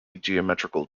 geometrical